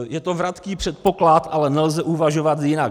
Je to vratký předpoklad, ale nelze uvažovat jinak.